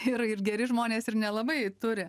ir ir geri žmonės ir nelabai turi